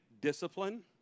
discipline